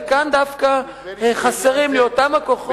וכאן דווקא חסרים לי אותם הכוחות,